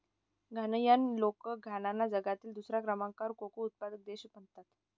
घानायन लोक घानाला जगातील दुसऱ्या क्रमांकाचा कोको उत्पादक देश म्हणतात